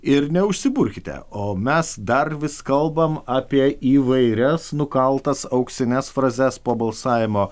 ir neužsiburkite o mes dar vis kalbame apie įvairias nukaltas auksines frazes po balsavimo